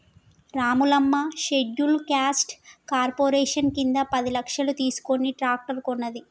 Ramulamma scheduled caste corporation కింద పది లక్షలు తీసుకుని ట్రాక్టర్ కొన్నది